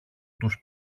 τους